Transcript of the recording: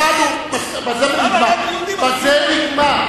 שמענו, בזה זה נגמר.